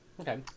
Okay